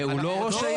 לא,